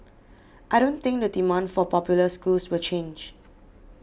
I don't think the demand for popular schools will change